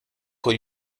con